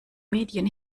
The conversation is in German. medien